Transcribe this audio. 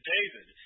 David